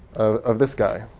of this guy.